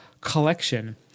Collection